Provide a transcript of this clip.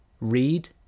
read